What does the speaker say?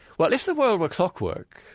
well, if the world were clockwork,